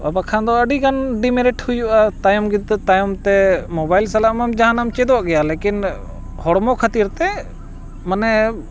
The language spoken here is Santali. ᱵᱟᱠᱷᱟᱱ ᱫᱚ ᱟᱹᱰᱤ ᱜᱟᱱ ᱰᱤᱢᱮᱨᱤᱴ ᱦᱩᱭᱩᱜᱼᱟ ᱛᱟᱭᱚᱢ ᱜᱤᱫᱟᱹᱨ ᱛᱟᱭᱚᱢ ᱛᱮ ᱢᱳᱵᱟᱭᱤᱞ ᱥᱟᱞᱟᱜ ᱢᱟᱢ ᱡᱟᱦᱟᱱᱟᱜ ᱮᱢ ᱪᱮᱫᱚᱜ ᱜᱮᱭᱟ ᱞᱮᱠᱤᱱ ᱦᱚᱲᱢᱚ ᱠᱷᱟᱹᱛᱤᱨ ᱛᱮ ᱢᱟᱱᱮ